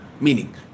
Meaning